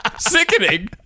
Sickening